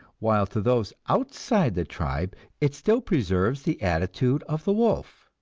while to those outside the tribe it still preserves the attitude of the wolf.